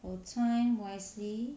our time wisely